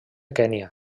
kenya